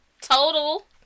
total